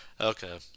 Okay